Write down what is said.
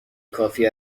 کافی